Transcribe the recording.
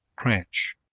cranch